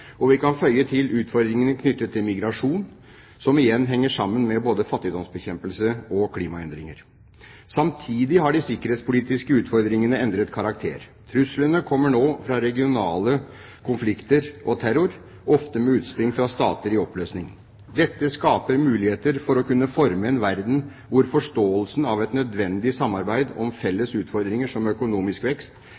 og vi kan føye til utfordringene knyttet til migrasjon, som igjen henger sammen med både fattigdomsbekjempelse og klimaendringer. Samtidig har de sikkerhetspolitiske utfordringene endret karakter. Truslene kommer nå fra regionale konflikter og terror, ofte med utspring fra stater i oppløsning. Dette skaper muligheter for å kunne forme en verden hvor forståelsen av et nødvendig samarbeid om